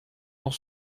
dans